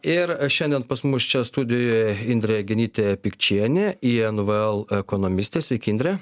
ir šiandien pas mus čia studijoje indrė genytė pikčienė invl ekonomistė sveiki indre